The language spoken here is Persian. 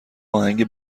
آهنگ